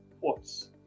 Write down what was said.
ports